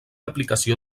aplicació